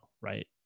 right